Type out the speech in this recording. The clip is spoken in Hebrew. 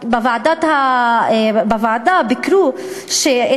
בוועדה ביקרו את